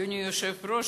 אדוני היושב-ראש,